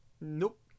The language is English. Nope